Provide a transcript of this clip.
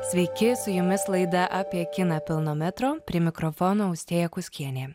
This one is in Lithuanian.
sveiki su jumis laida apie kiną pilno metro prie mikrofono austėja kuskienė